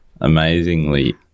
amazingly